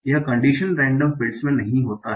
यह condition random fields मे नहीं होता है